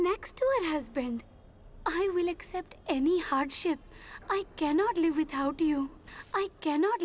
next to it has been i really accept any hardship i cannot live without you i cannot